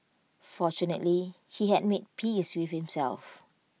fortunately he had made peace with himself